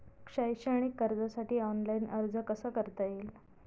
शैक्षणिक कर्जासाठी ऑनलाईन अर्ज कसा करता येईल?